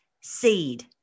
seed